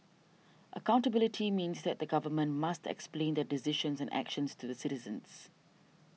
accountability means that the Government must explain their decisions and actions to the citizens